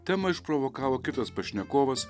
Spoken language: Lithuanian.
temą išprovokavo kitas pašnekovas